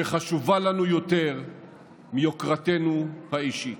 שחשובה לנו יותר מיוקרתנו האישית.